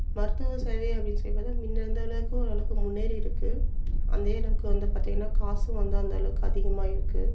மருத்துவ சேவை அப்படினு சொல்லி பார்த்தா முன்ன இருந்த அளவுக்கு ஒரு அளவுக்கு முன்னேறி இருக்குது அதே அளவுக்கு வந்து பார்த்திங்கினா காசும் வந்து அந்த அளவுக்கு அதிகமாயிருக்குது